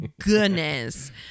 goodness